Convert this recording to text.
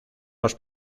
los